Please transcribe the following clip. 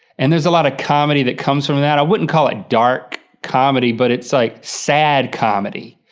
and there's a lot of comedy that comes from that. i wouldn't call it dark comedy but it's like sad comedy.